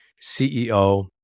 CEO